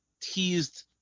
teased